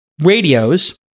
radios